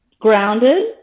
grounded